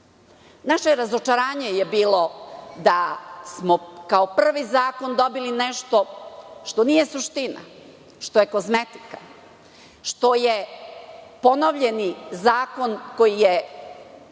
razočarenje je bilo da smo kao prvi zakon dobili nešto što nije suština, što je kozmetika, što je ponovljeni zakon koji ima